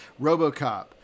RoboCop